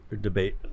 debate